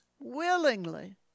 willingly